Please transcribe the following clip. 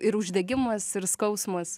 ir uždegimas ir skausmas